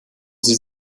sie